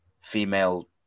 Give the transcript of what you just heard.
female